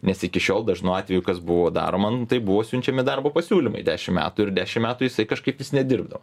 nes iki šiol dažnu atveju kas buvo daroma tai buvo siunčiami darbo pasiūlymai dešim metų ir dešim metų jisai kažkaip vis nedirbdavo